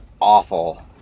awful